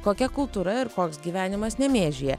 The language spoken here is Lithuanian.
kokia kultūra ir koks gyvenimas nemėžyje